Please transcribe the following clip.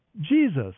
Jesus